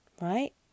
right